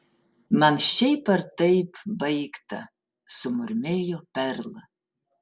man šiaip ar taip baigta sumurmėjo perl